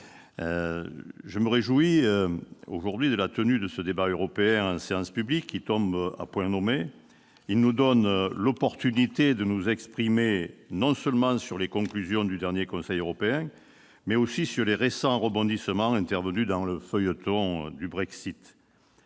je me réjouis de la tenue de ce débat européen en séance publique, qui tombe à point nommé. Il nous donne l'occasion de nous exprimer non seulement sur les conclusions du dernier Conseil européen, mais aussi sur les récents rebondissements intervenus dans le « feuilleton » du Brexit.